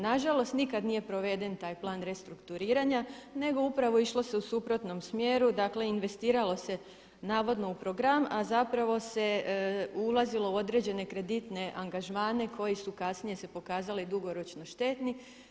Nažalost nikad nije proveden taj plan restrukturiranja nego upravo išlo se u suprotnom smjeru, dakle investiralo se navodno u program, a zapravo se ulazilo u određene kreditne angažmane koji su se kasnije pokazali dugoročno štetni.